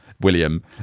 William